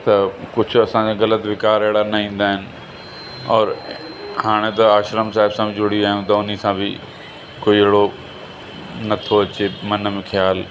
त कुझु असांखे ग़लति विकार अहिड़ा न ईंदा आहिनि और हाणे त आश्रम सां बि जुड़ी विया आहियूं त उन्हीअ सां बि कोई अहिड़ो नथो अचे मन में ख़्याल